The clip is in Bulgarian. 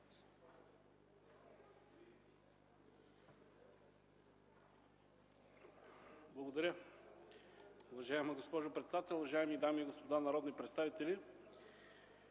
(КБ): Уважаема госпожо председател, уважаеми дами и господа народни представители,